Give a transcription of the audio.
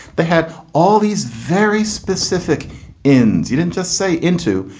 they had all these very specific ends. you didn't just say into.